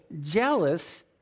jealous